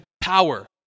power